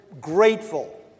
grateful